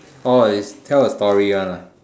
orh is tell a story one ah